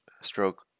stroke